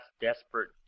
desperate